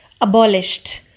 abolished